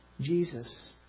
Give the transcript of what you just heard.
Jesus